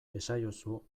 esaiozu